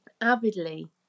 avidly